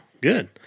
Good